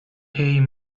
aim